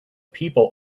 people